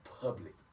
public